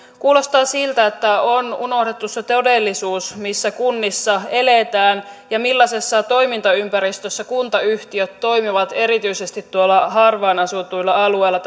kuulostaa siltä että on unohdettu se todellisuus missä kunnissa eletään ja millaisessa toimintaympäristössä kuntayhtiöt toimivat erityisesti tuolla harvaan asutuilla alueilla